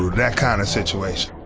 that kind of situation.